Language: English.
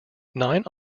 nine